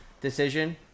decision